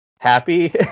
happy